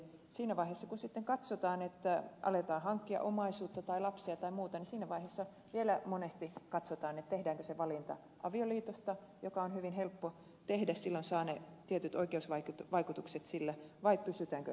siinä vaiheessa kun sitten aletaan hankkia omaisuutta tai lapsia tai muuta vielä monesti katsotaan tehdäänkö valinta avioliitosta joka on hyvin helppo tehdä silloin saa ne tietyt oikeusvaikutukset vai pysytäänkö avoliitossa